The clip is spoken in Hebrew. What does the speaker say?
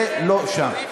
זה לא שם.